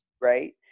right